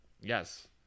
yes